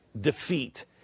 defeat